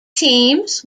teams